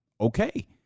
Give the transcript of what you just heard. Okay